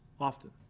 often